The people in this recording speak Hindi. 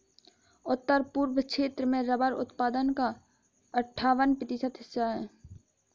उत्तर पूर्व क्षेत्र में रबर उत्पादन का अठ्ठावन प्रतिशत हिस्सा है